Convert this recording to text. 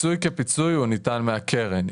פיצוי כפיצוי הוא ניתן מהקרן.